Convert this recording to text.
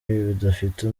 bidafite